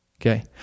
okay